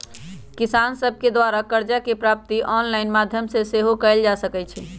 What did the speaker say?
किसान सभके द्वारा करजा के प्राप्ति ऑनलाइन माध्यमो से सेहो कएल जा सकइ छै